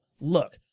look